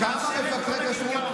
כבר עכשיו.